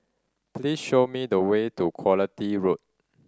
please show me the way to Quality Road